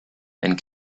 and